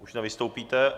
Už nevystoupíte.